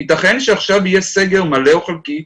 ייתכן שעכשיו יהיה סגר מלא או חלקי,